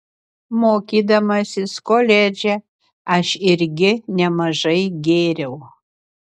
mokydamasis koledže aš irgi nemažai gėriau